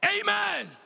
Amen